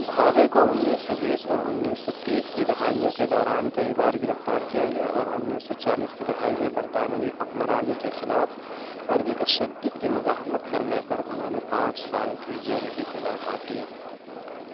بھاوے کو انیس سو بیس اور انیس سو تیس کی دہائیوں کے دوران کئی بار گرفتار کیا گیا اور انیس سو چالیس کی دہائی میں برطانوی حکمرانی کے خلاف عدم تشدد کی مزاحمت کرنے پر انہوں نے پانچ سال کی جیل کی سزا کاٹی